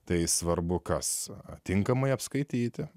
tai svarbu kas tinkamai apskaityti